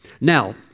Now